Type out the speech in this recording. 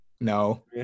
No